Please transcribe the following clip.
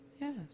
yes